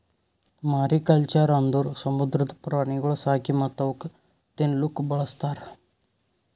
mariculture ಅಂದುರ್ ಸಮುದ್ರದ ಪ್ರಾಣಿಗೊಳ್ ಸಾಕಿ ಮತ್ತ್ ಅವುಕ್ ತಿನ್ನಲೂಕ್ ಬಳಸ್ತಾರ್